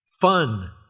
fun